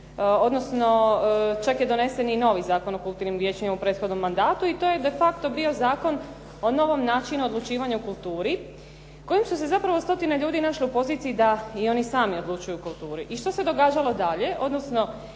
odnosno čak je donesen i novi Zakon o kulturnim vijećima u prethodnom mandatu. I to je de facto bio zakon o novom načinu odlučivanja u kulturi kojim su se zapravo stotine ljudi našle u poziciji da i oni sami odlučuju o kulturi. I što se događalo dalje, odnosno